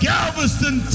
Galveston